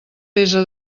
pesa